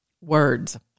Words